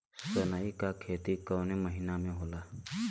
सनई का खेती कवने महीना में होला?